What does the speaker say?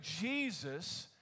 Jesus